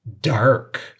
dark